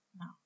no